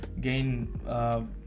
gain